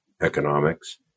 economics